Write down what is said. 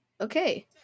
Okay